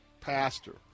pastor